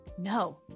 No